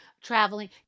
traveling